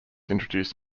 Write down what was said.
introduced